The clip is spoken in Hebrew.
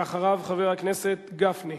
אחריו, חבר הכנסת גפני.